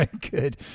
Good